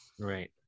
Right